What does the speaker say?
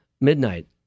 Midnight